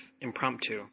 Impromptu